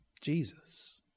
Jesus